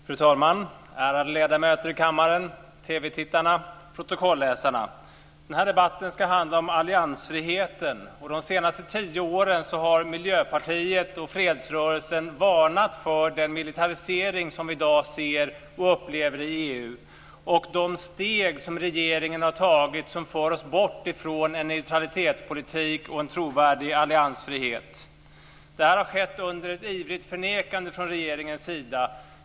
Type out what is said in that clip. Fru talman! Ärade ledamöter i kammaren! TV tittare, protokolläsare! Den här debatten ska handla om alliansfriheten. De senaste tio åren har Miljöpartiet och fredsrörelsen varnat för den militarisering som vi i dag ser och upplever i EU och de steg som regeringen har tagit som för oss bort från en neutralitetspolitik och en trovärdig alliansfrihet. Det här har skett under ett ivrigt förnekande från regeringens sida.